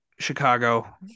Chicago